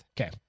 Okay